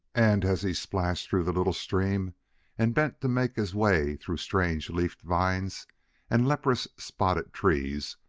and, as he splashed through the little stream and bent to make his way through strange-leafed vines and leprous-spotted trees,